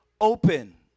open